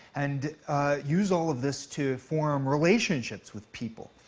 and use all of this to form relationships with people.